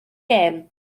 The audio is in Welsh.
gem